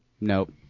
nope